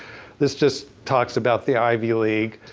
this just talks about the ivy league,